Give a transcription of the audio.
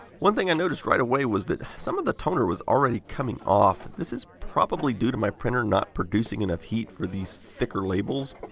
one thing i noticed right away was that some of the toner was already coming off. this is probably due to my printer not producing enough heat for these thicker labels.